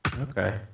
Okay